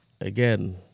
again